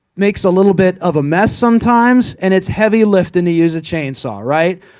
makes a little bit of a mess sometimes. and it's heavy lifting to use a chainsaw. right?